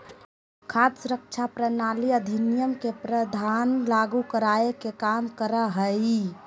खाद्य सुरक्षा प्रणाली अधिनियम के प्रावधान लागू कराय के कम करा हइ